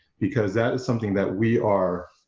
because that is something that we are